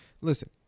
listen